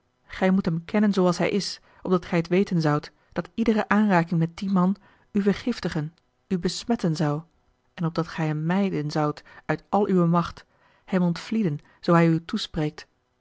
gij moet hem kennen zooals hij is opdat gij het weten zoudt dat iedere aanraking met dien man u vergiftigen u besmetten zou en opdat gij hem mijden zoudt uit al uwe macht hem ontvlieden zoo hij u toespreekt